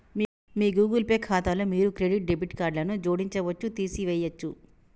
మీ Google Pay ఖాతాలో మీరు మీ క్రెడిట్, డెబిట్ కార్డులను జోడించవచ్చు, తీసివేయచ్చు